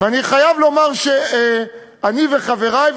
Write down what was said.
אני חייב לומר שאני וחברי,